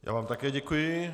Já vám také děkuji.